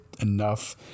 enough